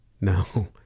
No